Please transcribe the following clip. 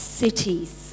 cities